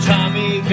Tommy